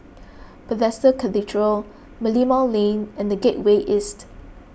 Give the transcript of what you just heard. Bethesda Cathedral Merlimau Lane and the Gateway East